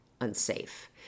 unsafe